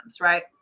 right